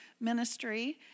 ministry